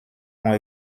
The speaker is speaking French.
ont